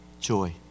joy